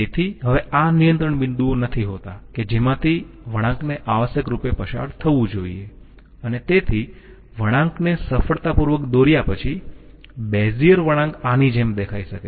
તેથી હવે આ નિયંત્રણ બિંદુઓ નથી હોતા કે જેમાંથી વળાંકને આવશ્યક રૂપે પસાર થવું જોઈએ અને તેથી વળાંકને સફળતાપૂર્વક દોર્યા પછી બેઝીઅર વળાંક આની જેમ દેખાઈ શકે છે